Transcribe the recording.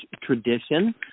tradition